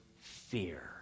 fear